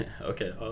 Okay